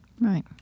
Right